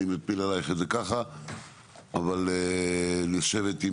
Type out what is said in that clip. אני מבקש לסגור את